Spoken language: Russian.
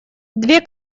две